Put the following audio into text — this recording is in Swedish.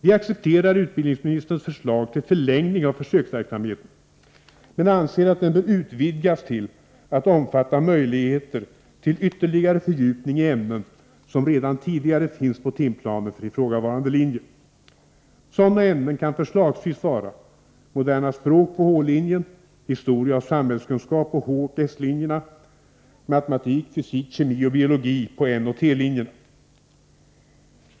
Vi accepterar utbildningsministerns förslag till förlängning av försöksverksamheten, men vi anser att den bör utvidgas till att omfatta möjligheter till ytterligare fördjupning i ämnen, som redan tidigare finns på timplanen för ifrågavarande linje. Sådana ämnen kan förslagsvis vara moderna språk på H-linjen, historia och samhällskunskap på H och S-linjerna, matematik, fysik, kemi och biologi på N och T-linjerna.